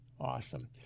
Awesome